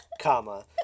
comma